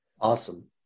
Awesome